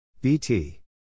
Bt